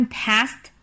past